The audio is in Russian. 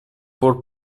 пор